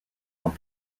ans